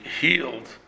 healed